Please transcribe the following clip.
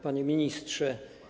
Panie Ministrze!